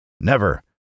Never